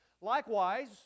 Likewise